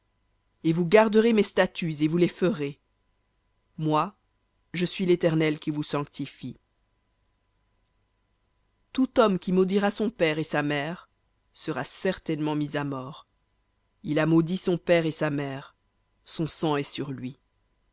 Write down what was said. et vous garderez mes statuts et vous les ferez moi je suis l'éternel qui vous sanctifie v tout homme qui maudira son père et sa mère sera certainement mis à mort il a maudit son père et sa mère son sang est sur lui